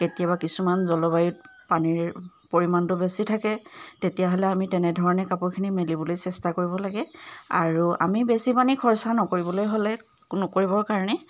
কেতিয়াবা কিছুমান জলবায়ুত পানীৰ পৰিমাণটো বেছি থাকে তেতিয়াহ'লে আমি তেনেধৰণে কাপোৰখিনি মেলিবলৈ চেষ্টা কৰিব লাগে আৰু আমি বেছি পানী খৰচা নকৰিবলৈ হ'লে নকৰিবৰ কাৰণে